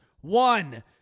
One